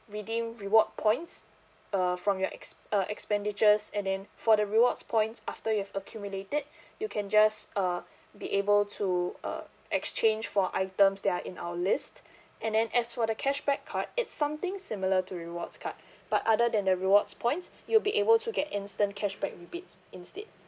redeem reward points uh from your ex~ uh expenditures and then for the rewards points after you have accumulated you can just uh be able to uh exchange for items that are in our list and then as for the cashback card it's something similar to rewards card but other than the rewards points you'll be able to get instant cashback rebates instead